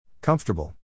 Comfortable